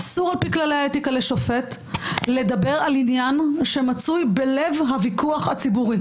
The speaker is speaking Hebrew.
אסור על פי כללי האתיקה לשופט לדבר על עניין שמצוי בלב הוויכוח הציבורי.